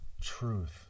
truth